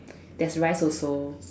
there's rice also